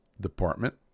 department